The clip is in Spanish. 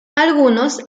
algunos